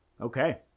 Okay